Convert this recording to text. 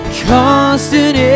constant